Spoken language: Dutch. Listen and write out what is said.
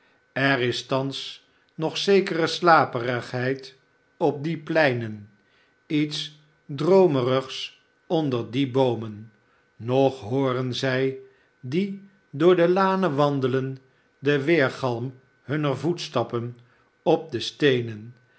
er is thans nog zekere slaperigheid op die pleinen iets droomerigs onder die boomen nog hooren zij die door de lanen wandelen den weergalm hunner voetstappen op de steenen